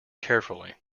carefully